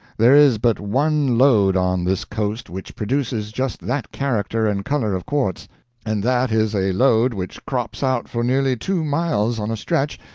there is but one lode on this coast which produces just that character and color of quartz and that is a lode which crops out for nearly two miles on a stretch,